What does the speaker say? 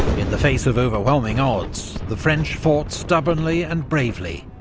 in the face of overwhelming odds, the french fought stubbornly and bravely,